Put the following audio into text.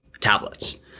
tablets